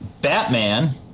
Batman